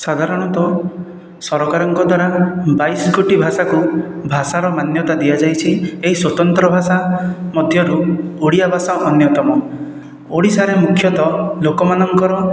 ସାଧାରଣତଃ ସରକାରଙ୍କ ଦ୍ୱାରା ବାଇଶ କୋଟି ଭାଷାକୁ ଭାଷାର ମାନ୍ୟତା ଦିଆଯାଇଛି ଏହି ସ୍ଵତନ୍ତ୍ର ଭାଷା ମଧ୍ୟରୁ ଓଡ଼ିଆ ଭାଷା ଅନ୍ୟତମ ଓଡ଼ିଶାରେ ମୁଖ୍ୟତଃ ଲୋକମାନଙ୍କର